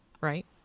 right